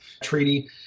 treaty